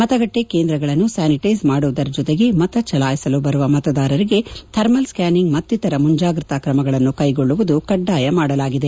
ಮತಗಟ್ಟೆ ಕೇಂದ್ರಗಳನ್ನು ಸ್ಥಾನಿಟೈಸ್ ಮಾಡುವುದರ ಜೊತೆಗೆ ಮತಜಲಾಯಿಸಲು ಬರುವ ಮತದಾರರಿಗೆ ಥರ್ಮಲ್ ಸ್ಟಾನಿಂಗ್ ಮತ್ತಿತರ ಮುಂಜಾಗ್ರತಾ ಕ್ರಮಗಳನ್ನು ಕೈಗೊಳ್ಳುವುದು ಕಡ್ಡಾಯ ಮಾಡಲಾಗಿದೆ